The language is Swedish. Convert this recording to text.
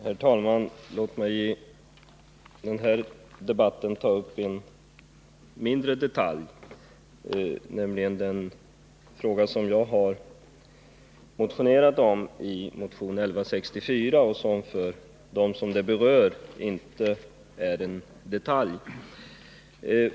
Herr talman! Låt mig i detta sammanhang ta upp en detalj, nämligen den fråga som jag behandlade i min motion 1164. För dem det berör är det dock inte någon detalj.